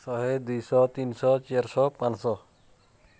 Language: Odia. ଶହ ଦୁଇଶହ ତିନିଶହ ଚାରିଶହ ପାଞ୍ଚଶହ